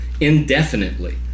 Indefinitely